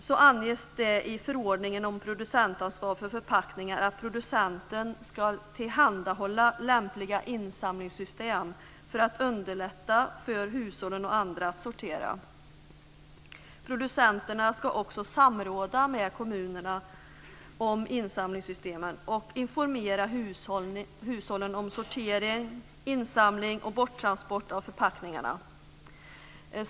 Det anges i förordningen om producentansvar för förpackningar att producenten ska tillhandahålla lämpliga insamlingssystem för att underlätta för hushållen och andra att sortera. Producenterna ska också samråda med kommunerna om insamlingssystemen och informera hushållen om sortering, insamling och borttransport av förpackningarna.